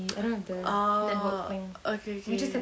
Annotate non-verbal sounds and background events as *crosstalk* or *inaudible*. *noise* ah ookay okay